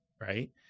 Right